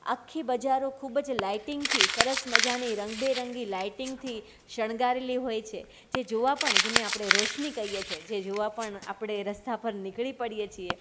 આખી બજારો ખૂબ જ લાઇટિંગથી સરસ મજાની રંગબેરંગી લાઇટિંગથી શણગારેલી હોય છે જે જોવા પણ જેને આપણે રોશની કહીએ છીએ જે જોવા પણ આપણે રસ્તા પર નીકળી પડીએ છીએ